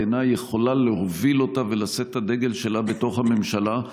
בעיניי יכולה להוביל אותה ולשאת את הדגל שלה בתוך הממשלה.